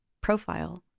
profile